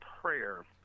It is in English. prayer